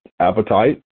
appetite